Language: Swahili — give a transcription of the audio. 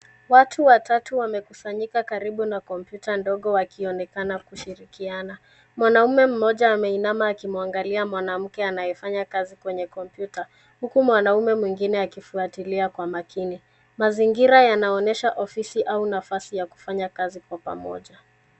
Watu watatu wamekusanyika karibu na kompyuta ndogo wakionekana kushirikiana. Mwanaume mmoja ameinama akimwangalia mwanamke anayefanya kazi kwenye kompyuta, huku mwanamume mwingine akifuatilia kwa makini. Mazingira yanaonesha ofisi au nafasi ya kufanya kazi kwa pamoja.